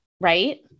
right